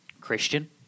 christian